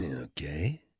Okay